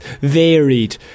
Varied